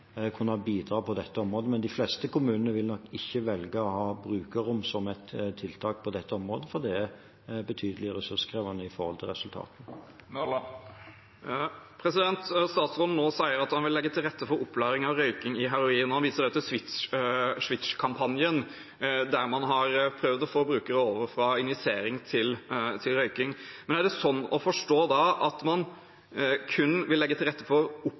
kunne bidra på dette området, men de fleste kommunene vil nok ikke velge å ha brukerrom som et tiltak på dette området, for det er betydelig ressurskrevende i forhold til resultatene. Statsråden sier nå at han vil legge til rette for opplæring i røyking av heroin, og han viser også til SWITCH-kampanjen, der man har prøvd å få brukere over fra injisering til røyking. Er det da slik å forstå at man kun vil legge til rette for